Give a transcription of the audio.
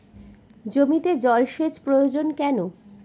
জমিতে জল সেচ প্রয়োজন কেন?